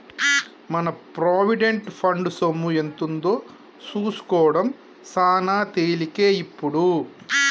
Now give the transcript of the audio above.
మన provident fund సొమ్ము ఎంతుందో సూసుకోడం సాన తేలికే ఇప్పుడు